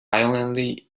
violently